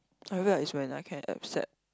I feel like it's when I can accept